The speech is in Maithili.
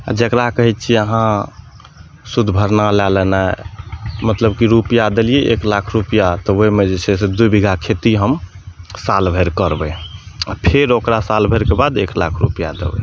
आ जकरा कहैत छियै अहाँ सूद भरना लए लेनाइ मतलब कि रुपआ देलियै एक लाख रुपिआ तऽ ओहिमे जे छै से दू बीघा खेती हम साल भरि करबै आ फेर ओकरा साल भरि कऽ बाद एक लाख रुपिआ देबै